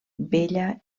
bella